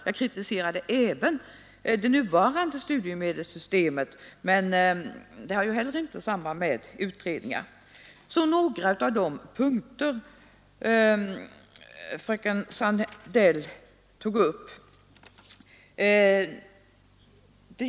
Jag kritiserade även det nuvarande studiemedelssystemet, men det har ju heller inte samband med utredningar. Så några av de punkter fröken Sandell tog upp.